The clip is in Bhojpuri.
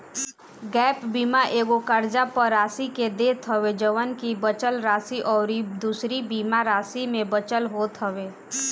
गैप बीमा एगो कर्जा पअ राशि के देत हवे जवन की बचल राशि अउरी दूसरी बीमा राशि में बचल होत हवे